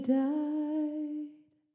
died